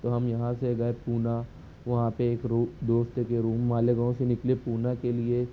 تو ہم یہاں سے گئے پونہ وہاں پہ ایک دوست کے روم والے گاؤں سے نکلے پونہ کے لیے